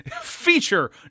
Feature